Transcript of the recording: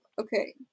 Okay